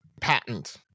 patent